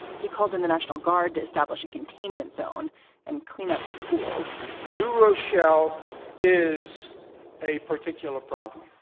he called in the national guard to establish a containment zone and cleanup schools new rochelle is a particularly problem.